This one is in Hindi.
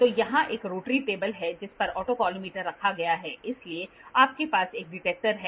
तो यहाँ एक रोटेटरी टेबल है जिस पर ऑटोकॉलिमेटर रखा गया है इसलिए आपके पास एक डिटेक्टर है